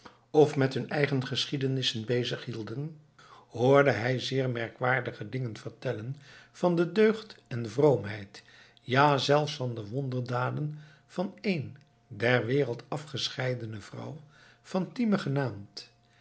of met hun eigen geschiedenissen bezighielden hoorde hij zeer merkwaardige dingen vertellen van de deugd en vroomheid ja zelfs van de wonderdaden van een der wereld afgescheidene vrouw fatime genaamd